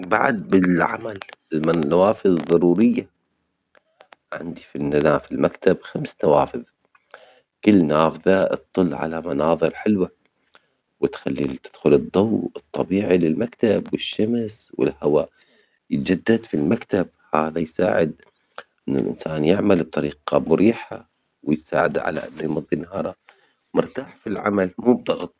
بعد بالعمل المن- النوافذ ضرورية عندي في الن- في المكتب خمس نوافذ كلها تطل على مناظر حلوة و تخلي تدخل الضو الطبيعي للمكتب والشمس والهوا يتجدد في المكتب هذا يساعد إن الأنسان يعمل بطريقة مريحة ويساعد على إن يمضي نهاره مرتاح في العمل مو بضغط.